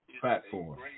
platform